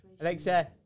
Alexa